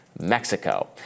Mexico